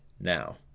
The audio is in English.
now